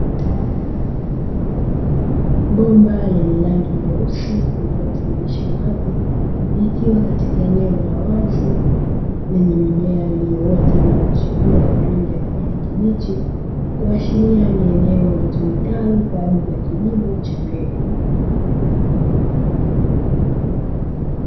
Bomba lenye rangi nyeusi linalotiririsha maji likiwa katika eneo la wazi lenye mimea iliyooata na kuchipua kwa rangi ya kijani kibichi kuashiria ni eneo litumikalo kwajili ya kilimo cha mbegu.